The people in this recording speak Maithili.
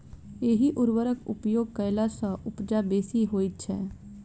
एहि उर्वरकक उपयोग कयला सॅ उपजा बेसी होइत छै